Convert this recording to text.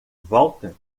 volta